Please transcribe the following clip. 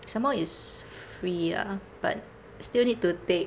some more it's free ah but still need to take